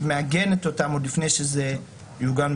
מעגנת אותם עוד לפני שזה יעוגן,